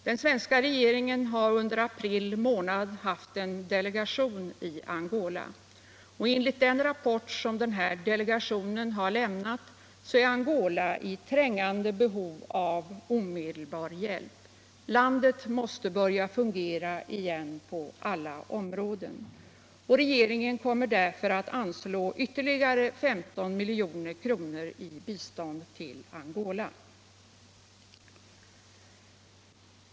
Den svenska regeringen har under april månad haft en delegation i Angola. Enligt den råpport som denna delegation lämnat är Angola i trängande behov av omedelbar hjälp. Landet måste börja fungera igen på alla områden. Regeringen kommer därför att anslå ytterligare 15 milj.kr. i bistånd till Angola.